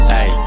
Hey